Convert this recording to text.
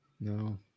No